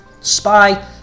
spy